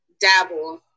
dabble